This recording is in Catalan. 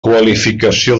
qualificació